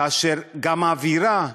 כאשר גם האווירה עכורה,